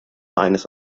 eines